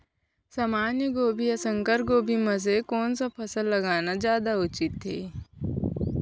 सामान्य गोभी या संकर गोभी म से कोन स फसल लगाना जादा उचित हे?